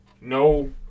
No